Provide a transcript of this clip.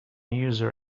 user